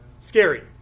Scary